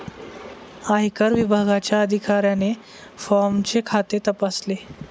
आयकर विभागाच्या अधिकाऱ्याने फॉर्मचे खाते तपासले